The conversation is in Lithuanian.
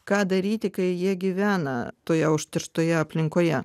ką daryti kai jie gyvena toje užterštoje aplinkoje